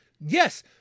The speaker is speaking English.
Yes